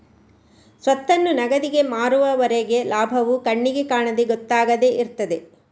ಸ್ವತ್ತನ್ನು ನಗದಿಗೆ ಮಾರುವವರೆಗೆ ಲಾಭವು ಕಣ್ಣಿಗೆ ಕಾಣದೆ ಗೊತ್ತಾಗದೆ ಇರ್ತದೆ